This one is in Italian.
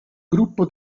gruppo